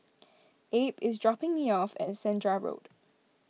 Abe is dropping me off at Senja Road